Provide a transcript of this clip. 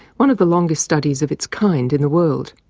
one of the longest studies of its kind in the world.